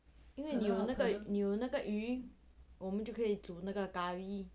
你有那个鱼我们就可以煮那个 curry